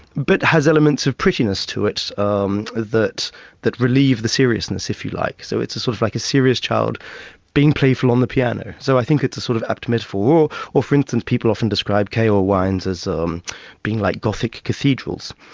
but has elements of prettiness to it um that that relieve the seriousness, if you like. so it's sort of like a serious child being playful on the piano. so i think it's a sort of apt metaphor. or for instance people often describe cahors wines as um being like gothic cathedrals.